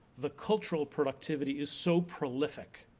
the cultural productivity is so prolific,